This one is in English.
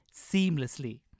seamlessly